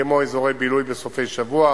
כמו אזורי בילוי בסופי-שבוע,